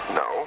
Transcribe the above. no